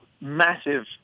massive